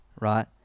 right